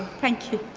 thank you.